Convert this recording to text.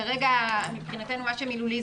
כרגע מבחינתנו מה שמילולי,